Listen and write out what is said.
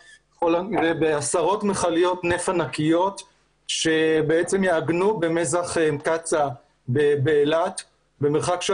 בעשרות מכליות נפט ענקיות שיעגנו במזח קצ"א באילת במרחק של